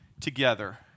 together